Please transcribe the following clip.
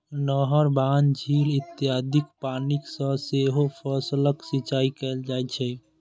नहर, बांध, झील इत्यादिक पानि सं सेहो फसलक सिंचाइ कैल जाइ छै